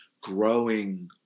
growing